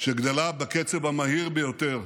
שגדלה בקצב המהיר ביותר,